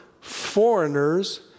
foreigners